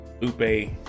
Lupe